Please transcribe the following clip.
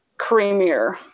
creamier